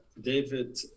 David